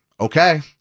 okay